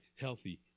healthy